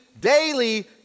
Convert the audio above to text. daily